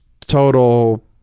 total